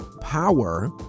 power